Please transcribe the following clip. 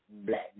black